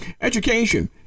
education